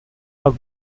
are